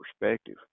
perspective